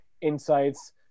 insights